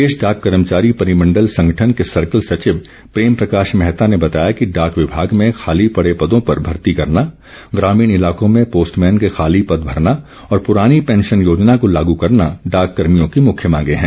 प्रदेश डाक कर्मचारी परिमण्डल संगठन के सर्कल सचिव प्रेम प्रकाश मैहता ने बताया कि डाक विभाग में खाली पडे पदों पर भर्ती करना ग्रामीण इलाकों में पोस्टमैन के खाली पद भरना और पुरानी पैंशन योजना को लागू करना डाक कर्मियों की मुख्य मांगें हैं